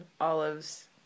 olives